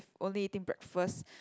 only eating breakfast